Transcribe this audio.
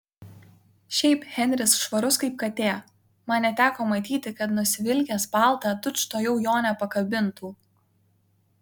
šiaip henris švarus kaip katė man neteko matyti kad nusivilkęs paltą tučtuojau jo nepakabintų